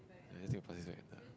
I just take the plastic bag